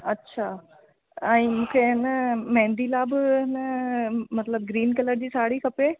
अछा ऐं मूंखे आहे न मेहंदी लाइ बि इन मतिलबु ग्रिन कलर जी साड़ी खपे